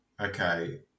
Okay